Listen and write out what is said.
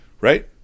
right